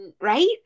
right